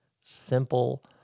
simple